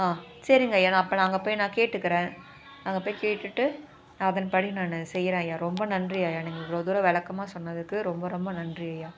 ஆ சரிங்கைய்யா நான் அப்போ நான் அங்கே போய் நான் கேட்டுக்கிறேன் அங்கே போய் கேட்டுட்டு அதன்படி நான் செய்யுறேன் ஐயா ரொம்ப நன்றி ஐயா நீங்கள் இவ்வளோ தூரம் விளக்கமா சொன்னதுக்கு ரொம்ப ரொம்ப நன்றி ஐயா